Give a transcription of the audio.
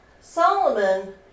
Solomon